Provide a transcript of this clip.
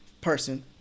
person